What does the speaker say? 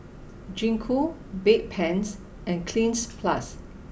Gingko Bedpans and Cleanz Plus